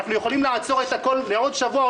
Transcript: אנחנו יכולים לעצור את הכול לעוד שבוע או